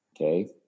Okay